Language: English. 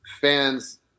fans